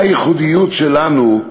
מה הייחודיות שלנו,